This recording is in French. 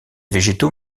végétaux